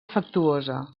afectuosa